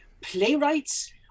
playwrights